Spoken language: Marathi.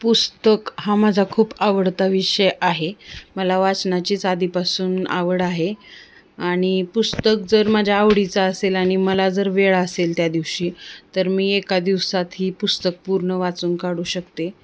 पुस्तक हा माझा खूप आवडता विषय आहे मला वाचनाची आदी पासून आवड आहे आणि पुस्तक जर माझ्या आवडीचा असेल आणि मला जर वेळ असेल त्या दिवशी तर मी एका दिवसात ही पुस्तक पूर्ण वाचून काढू शकते